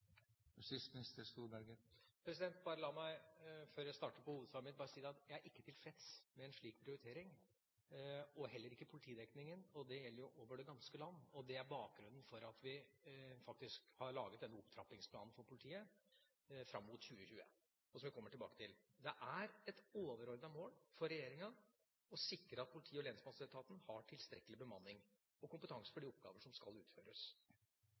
La meg før jeg starter på hovedsvaret mitt, bare si at jeg ikke er tilfreds med en slik prioritering og heller ikke med politidekningen. Det gjelder jo over det ganske land, og det er bakgrunnen for at vi faktisk har laget denne opptrappingsplanen for politiet fram mot 2020, som jeg kommer tilbake til. Det er et overordnet mål for regjeringa å sikre at politi- og lensmannsetaten har tilstrekkelig bemanning og kompetanse for de oppgaver som skal utføres.